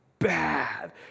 Bad